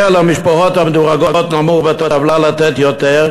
למשפחות המדורגות נמוך בטבלה לתת יותר,